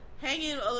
hanging